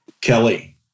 Kelly